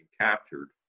captured